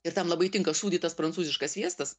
ir tam labai tinka sūdytas prancūziškas sviestas